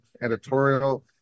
editorial